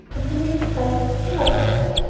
and the mint breaths came up to her.